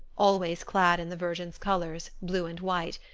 always clad in the virgin's colors, blue and white,